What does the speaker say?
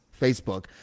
Facebook